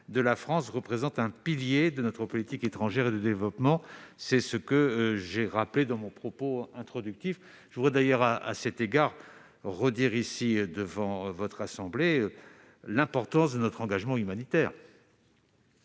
de la France représente un pilier de notre politique étrangère et de développement, comme je l'ai indiqué dans mon propos introductif. Je veux d'ailleurs, à cet égard, redire devant votre assemblée l'importance de notre engagement humanitaire.